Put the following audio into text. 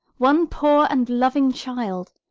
one poor and loving child,